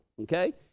okay